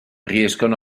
riescono